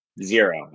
Zero